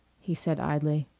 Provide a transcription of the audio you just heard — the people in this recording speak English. he said idly.